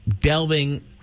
delving